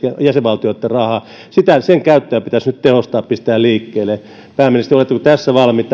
jäsenvaltioitten rahaa sen käyttöä pitäisi nyt tehostaa pistää liikkeelle pääministeri oletteko tässä valmiit